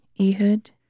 Ehud